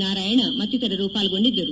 ನಾರಾಯಣ ಮತ್ತಿತರರು ಪಾಲ್ಗೊಂಡಿದ್ದರು